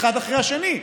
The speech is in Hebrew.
אחד אחרי השני.